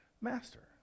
master